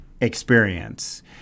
experience